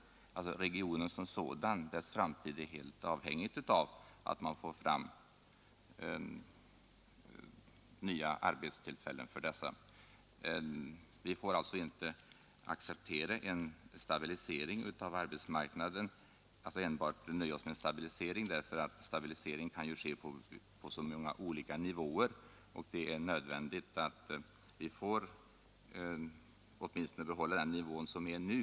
Framtiden för regionen är helt avhängig av att vi får fram nya arbetstillfällen. Vi kan alltså inte enbart nöja oss med en stabilisering i fråga om arbetstillgången. En stabilisering kan ju ske på olika nivåer, och det är nödvändigt att vi får åtminstone behålla den sysselsättningsnivå som vi har nu.